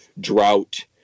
drought